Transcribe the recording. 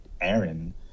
Aaron